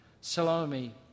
Salome